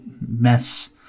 mess